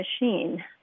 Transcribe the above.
machine